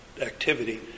activity